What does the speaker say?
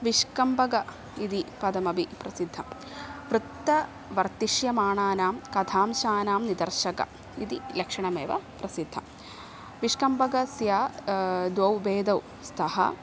विष्कम्भकः इति पदमपि प्रसिद्धं वर्तवर्तिष्यमाणानां कथांशानां निदर्शः इति लक्षणमेव प्रसिद्धं विष्कम्भकस्य द्वौ भेदौ स्तः